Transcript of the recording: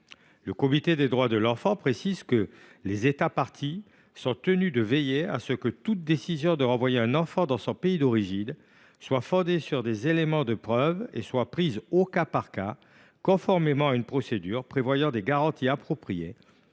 Le Comité des droits de l’enfant précise que les États parties sont tenus de veiller à ce que toute décision de renvoyer un enfant dans son pays d’origine soit fondée sur des éléments de preuve et soit prise au cas par cas, conformément à une procédure prévoyant des garanties appropriées